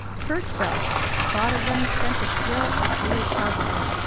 church bells! the thought of them sent a thrill through julia cloud's heart.